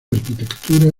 arquitectura